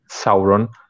Sauron